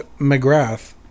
mcgrath